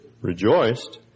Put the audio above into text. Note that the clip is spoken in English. rejoiced